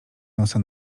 nosa